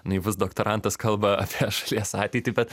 naivus doktorantas kalba apie šalies ateitį bet